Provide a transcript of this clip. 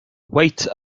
wait